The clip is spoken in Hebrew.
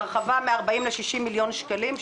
הרחבה מ-40 ל-60 מיליון שקלים,